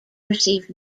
received